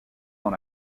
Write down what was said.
dans